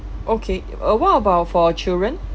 okay uh what about for children